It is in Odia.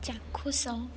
ଚାକ୍ଷୁଷ